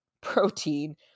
protein